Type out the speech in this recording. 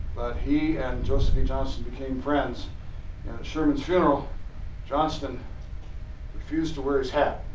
he and joseph e. johnson became friends. and at sherman's funeral johnston refused to wear his hat.